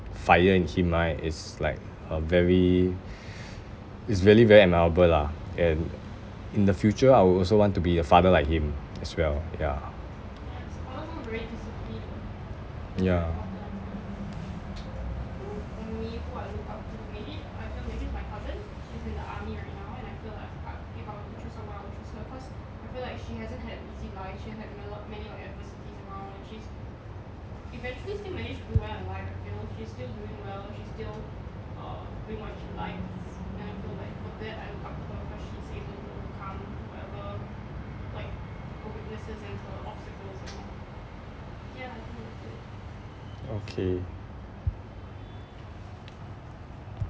fire in him right is like uh very is really very admirable lah and in the future I would also want to be a father like him as well yeah yeah okay